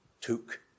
took